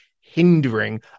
hindering